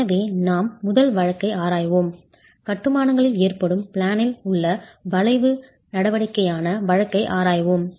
எனவே நாம் முதல் வழக்கை ஆராய்வோம் கட்டுமானங்களில் ஏற்படும் பிளேனில் உள்ள வளைவு நடவடிக்கையான வழக்கை ஆராய்வோம்